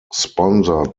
sponsored